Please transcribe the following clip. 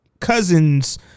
cousins